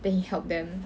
then he helped them